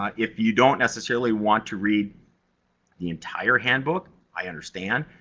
ah if you don't necessarily want to read the entire handbook, i understand,